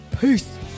Peace